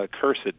cursed